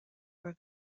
for